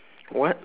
what